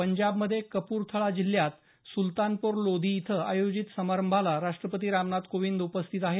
पंजाबमधे कप्रथळा जिल्ह्यात सुलतानपूर लोधी इथं आयोजित समारंभाला राष्ट्रपती रामनाथ कोविंद उपस्थित आहेत